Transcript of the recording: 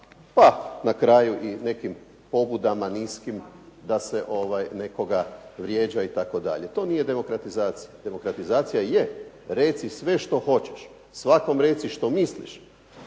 pa na kraju i nekim pobudama niskim da se nekoga vrijeđa itd. To nije demokratizacija. Demokratizacija je reci sve što hoćeš, svakom reci što misliš,